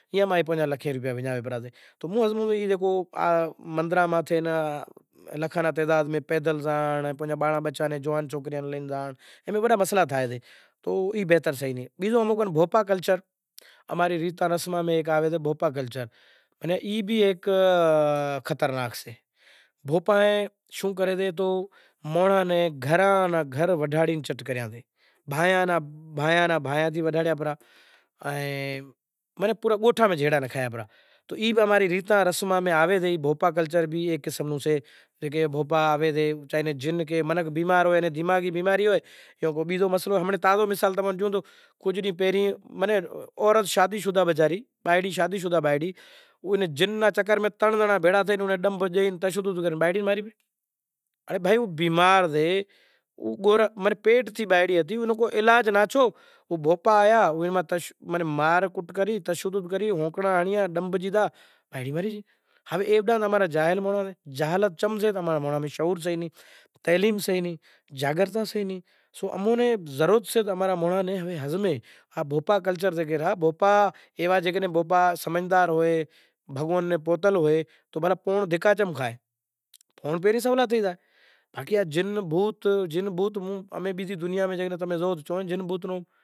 راجا ہریچند آویسے تو کہیسے کہ بھائی تمیں دکھشا آلشو تو ہوں اوس تماں رو اگنی کاٹ کریش اگر نہیں آلو تو عام مانڑوں نوں ہوں اگنی کاٹ نہیں آلوں، تو تاراڈے کہے کہ راجا ہریچند جانشی زو تو سہی سے کونڑ، جے نوں تمیں دکھشنڑا مانگے ریا سو ای سے کونڑ؟ ای تمارو ای ڈیچرو سے آن تمارا ئی ڈیچرا نیں آز دنیا تھی زاتو ریو سے این اینے ہگایا آرو کرے آز تمیں دکھشنڑا مانگو را سو، تو راجا ہریچند ڈیکھے کہے تو تاراڈیو اتا رے مانڑو زے دھرم کریو ای کرتوے سے کرتوے زے کناں ہوں نوکر سوں زے کناں ہوں ریو سوں زے نیں ماں نیں خرید کریو سے ای ماں رو مالک سے ای کہیسے خرید کر تو ای ماں رو فرض بنڑے گیو۔ آن فرض ماں نے فرض ماں کو کوتاہی نہیں کروں، تمیں مناں دکھشنا آلشو تو موں مانڑا ناں ہڑگائیس نکے نہیں ہڑگاواں پسے تاراڈے شوں کرے سے پوتانوں وائلو ہوسے ای وائلو پھاڑے ان راجا ہریچند ناں آلے سے اے راجا ہریچند ہوے آلو تمای دکھشنڑا ہوے مڑو نے ہڑگاوو۔